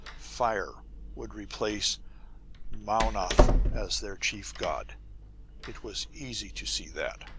fire would replace mownoth as their chief god it was easy to see that.